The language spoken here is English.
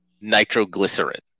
nitroglycerin